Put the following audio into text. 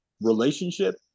relationship